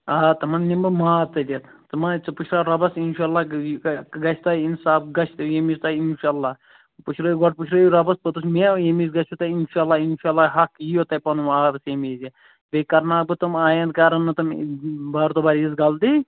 آ تِمَن نِمہٕ بہٕ ماز ژٔٹِتھ ژٕ ما ہیٚے ژٕ پُشراو رۄبس اِنشاللہ یہِ گژھِ تۅہہِ اِنصاف گَژھِ ییٚمہِ وِزِ تۅہہِ اِنشاللہ پُشرٲوِو گۄڈٕ پُشرٲوِو رۄبس پوٚتُس مےٚ ییٚمہِ وِزِ گژھوٕ تۅہہِ اِنشاللہ اِنشاللہ حق ییٖوٕ تۅہہِ واپس ییٚمہِ وِزِ بیٚیہِ کرناو بہٕ تِم آینٛدٕ کَرن نہٕ تِم بارِدُبار یِژھ غلطی